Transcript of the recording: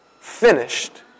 finished